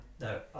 no